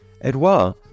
Edouard